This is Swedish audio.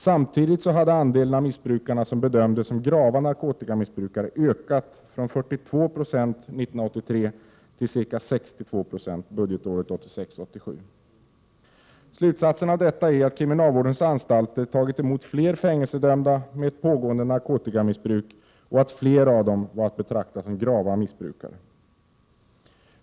Samtidigt hade andelen av missbrukarna som bedömdes som grava narkotikamissbrukare ökat från 42 96 år 1983 till 62 96 budgetåret 1986/87. Slutsatsen av detta är att kriminalvårdens anstalter tagit emot fler fängelsedömda med ett pågående narkotikamissbruk och att fler av dem var att betrakta som grava missbrukare.